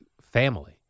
family